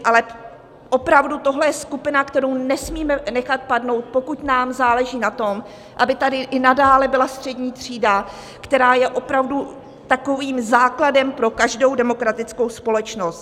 Ale opravdu tohle je skupina, kterou nesmíme nechat padnout, pokud nám záleží na tom, aby tady i nadále byla střední třída, která je základem pro každou demokratickou společnost.